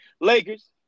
Lakers